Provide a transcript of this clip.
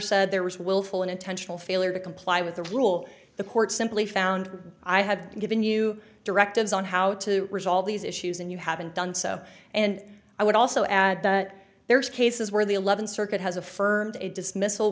said there was willful and intentional failure to comply with the rule the court simply found i have given you directives on how to resolve these issues and you haven't done so and i would also add that there are cases where the eleventh circuit has affirmed a dismiss